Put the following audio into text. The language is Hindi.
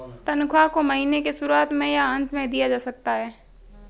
तन्ख्वाह को महीने के शुरुआत में या अन्त में दिया जा सकता है